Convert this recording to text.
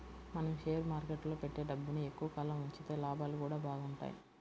మనం షేర్ మార్కెట్టులో పెట్టే డబ్బుని ఎక్కువ కాలం ఉంచితే లాభాలు గూడా బాగుంటయ్